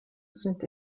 sind